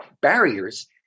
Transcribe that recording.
barriers